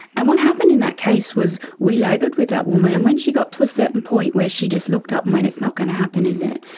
and what happened in that case was we laboured with that woman, and when she got to a certain point where she just looked up and went, it's not going to happen, is it?